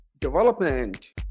Development